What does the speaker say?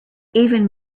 even